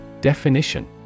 Definition